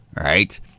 right